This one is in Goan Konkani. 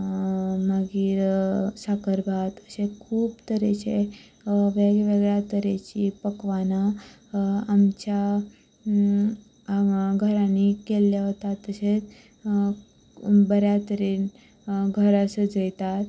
मागीर साकरबात अशे खूब तरेचें वेगवेगळ्या तरेचीं पक्वानां आमच्या हांगा घरांनी केल्लें वता तशें बऱ्या तरेन घरा सजयतात